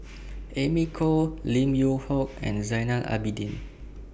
Amy Khor Lim Yew Hock and Zainal Abidin